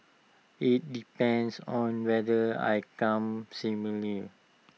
IT depends on whether I come similar